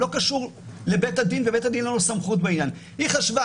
לא קשור לבית הדין ולבית הדין אין סמכות בעניין היא חשבה,